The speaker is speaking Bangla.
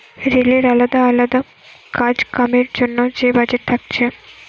রেলের আলদা আলদা কাজ কামের জন্যে যে বাজেট থাকছে